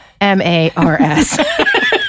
M-A-R-S